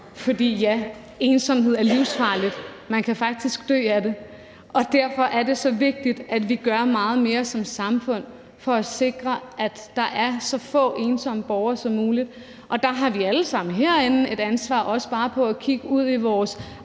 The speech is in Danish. For ja, ensomhed er livsfarligt. Man kan faktisk dø af det, og derfor er det så vigtigt, at vi gør meget mere som samfund for at sikre, at der er så få ensomme borgere som muligt. Der har vi alle sammen herinde et ansvar, også bare i forhold til at kigge ud i vores